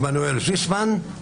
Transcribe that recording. עמנואל זיסמן,